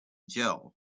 jell